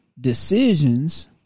decisions